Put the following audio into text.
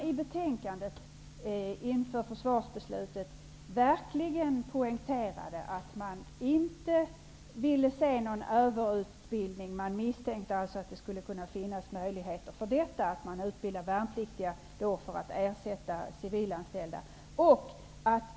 I betänkandet inför försvarsbeslutet poängterade man verkligen att man inte ville se någon överutbildning. Man misstänkte alltså att det fanns risk för att värnpliktiga utbildades för att ersätta civilanställda.